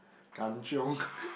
kanchiong